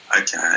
okay